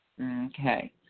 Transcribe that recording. Okay